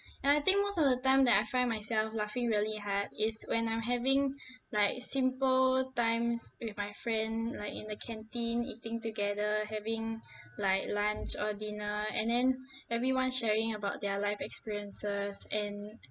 and I think most of the time that I find myself laughing really hard is when I'm having like simple times with my friend like in the canteen eating together having like lunch or dinner and then everyone sharing about their life experiences and